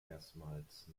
erstmals